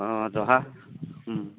অঁ জহা